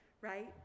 right